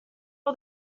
all